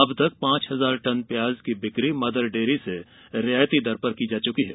अब तक पांच हजार टन प्याज की बिक्री मदर डेयरी से रियायती दर पर की जा चुकी है